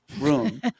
room